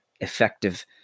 effective